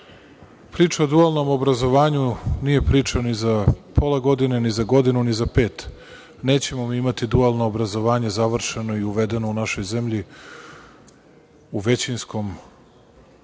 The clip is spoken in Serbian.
o dualnom obrazovanju nije priča ni za pola godine, ni za godinu, ni za pet. Nećemo mi imati dualno obrazovanje završeno i uvedeno u našoj zemlji u većinskom delu